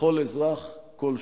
לכל אזרח קול שווה.